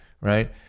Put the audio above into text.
right